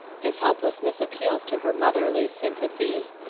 his helplessness appeals to her motherly sympathy.